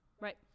Right